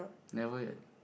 never yet